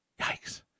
Yikes